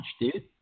dude